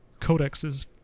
codexes